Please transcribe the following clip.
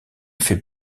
fait